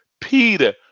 Peter